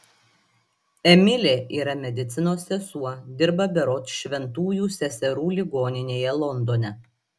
emilė yra medicinos sesuo dirba berods šventųjų seserų ligoninėje londone